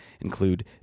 include